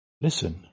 Listen